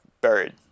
buried